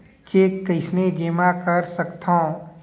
Cheque कईसने जेमा कर सकथो?